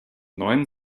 neuen